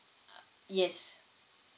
yes